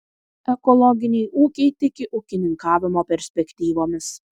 ekologiniai ūkiai tiki ūkininkavimo perspektyvomis